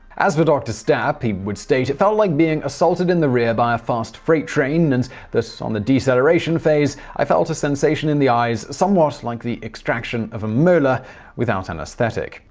as for dr. stapp, he would state, it felt like being assaulted in the rear by a fast freight train. and that on the deceleration phase, i felt a sensation in the eyes somewhat like the extraction of a molar without anesthetic.